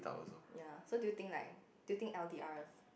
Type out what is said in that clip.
ya so do you think like do you think L_D_R